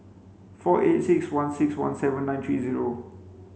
four eight six one six one seven nine three zero